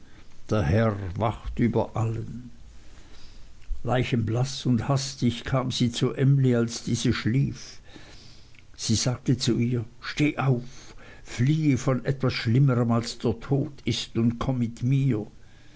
der herr wacht über allen leichenblaß und hastig kam sie zu emly als diese schlief sie sagte zu ihr steh auf fliehe vor etwas schlimmerem als der tod ist und komm mit mir